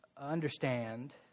understand